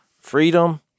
freedom